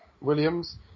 Williams